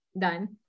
done